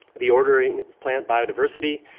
the ordering of plant biodiversity.